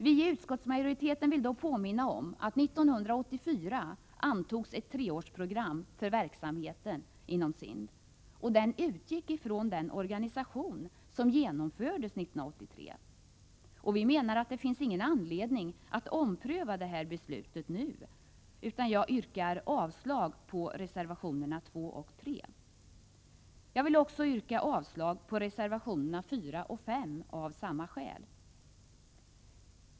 Vi i utskottsmajoriteten vill då påminna om att 1984 antogs ett treårsprogram för verksamheten inom SIND och det utgick från den organisation som genomfördes 1983. Vi menar att det finns ingen anledning att ompröva detta beslut nu, utan jag yrkar avslag på reservationerna 2 och 3. Jag vill också yrka avslag på reservationerna 4 och 5 av samma skäl.